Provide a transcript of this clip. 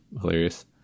hilarious